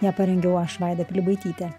ją parengiau aš vaida pilibaitytė